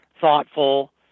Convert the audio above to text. thoughtful